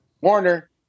Warner